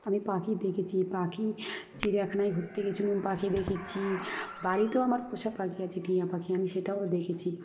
আমি পাখি দেখেছি পাখি চিড়িয়াখানায় ঘুরতে গিয়েছিলাম পাখি দেখেছি বাড়িতেও আমার পোষা পাখি আছে টিয়া পাখি আমি সেটাও দেখেছি